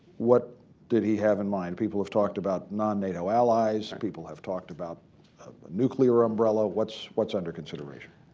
what did he have in mind? people have talked about non-nato allies. people have talked about a nuclear umbrella. what's what's under consideration?